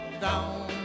down